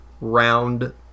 Round